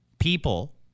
people